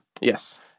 Yes